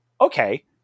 okay